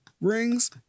rings